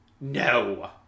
No